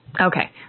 Okay